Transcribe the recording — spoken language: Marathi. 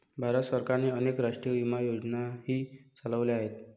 भारत सरकारने अनेक राष्ट्रीय विमा योजनाही चालवल्या आहेत